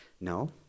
no